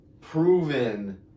proven